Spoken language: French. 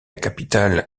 capitale